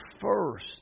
first